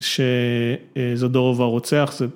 ‫שזדורוב הרוצח, זה...